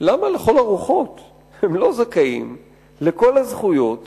לכל הרוחות הם לא זכאים לכל הזכויות